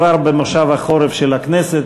כבר במושב החורף של הכנסת.